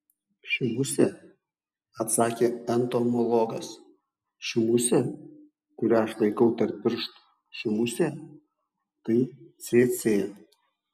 ši musė atsakė entomologas ši musė kurią aš laikau tarp pirštų ši musė tai cėcė